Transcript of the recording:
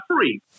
free